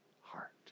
heart